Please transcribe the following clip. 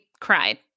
cried